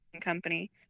company